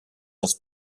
das